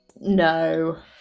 No